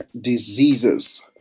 diseases